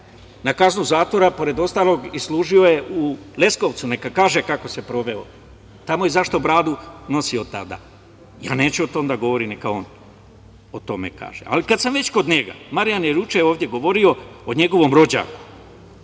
na kaznu zatvora pored ostalog i služio je u Leskovcu, neka kaže kako se proveo. Zašto je nosio bradu tada? Ja neću o tome da govorim, neka on o tome kaže. Kad sam već kod njega, Marijan je juče govorio o njegovom rođaku,